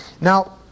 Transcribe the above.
Now